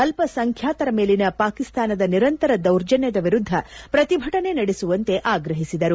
ಅಲ್ಲಸಂಬ್ಯಾತರ ಮೇಲಿನ ಪಾಕಿಸ್ತಾನದ ನಿರಂತರ ದೌರ್ಜನ್ಯದ ವಿರುದ್ಧ ಪ್ರತಿಭಟನೆ ನಡೆಸುವಂತೆ ಆಗ್ರಹಿಸಿದರು